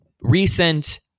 recent